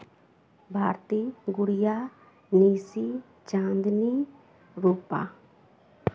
Bharati Gudiya Nishi Chandni Rupa